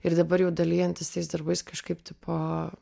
ir dabar jau dalijantis tais darbais kažkaip tipo